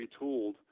retooled